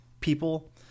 people